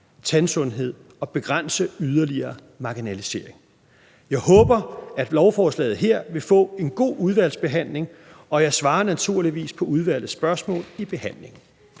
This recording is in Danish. tandsundhed og begrænse yderligere marginalisering. Jeg håber, at lovforslaget her vil få en god udvalgsbehandling, og jeg svarer naturligvis på udvalgets spørgsmål i behandlingen.